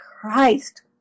Christ